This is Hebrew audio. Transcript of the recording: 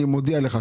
אני מודיע לך,